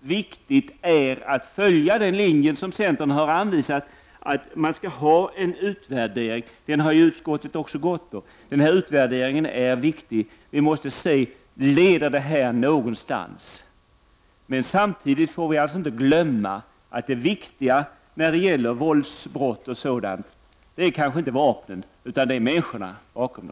viktigt är att följa den väg som centern har anvisat, nämligen att man skall göra en utvärdering. Det har ju utskottet också biträtt. Den utvärderingen är viktig: vi måste se om det här leder någonstans. Samtidigt får vi inte glömma att det viktiga när det gäller våldsbrott och liknande inte är vapnen utan människorna som håller i dem.